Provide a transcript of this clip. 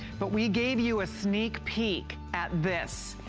but we gave you a sneak peak at this.